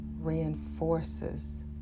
reinforces